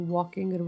Walking